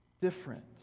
different